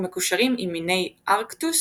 ומקושרים עם מיני ארקטוס